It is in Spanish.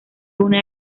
una